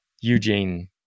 eugene